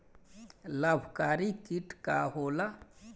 लाभकारी कीट का होला?